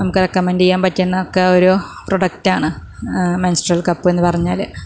നമുക്ക് റെക്കമെൻറ്റ് ചെയ്യാൻ പറ്റുന്ന ഒക്കെ ഒരു പ്രൊഡക്റ്റാണ് മെൻസ്ട്രൽ കപ്പ് എന്ന് പറഞ്ഞാല്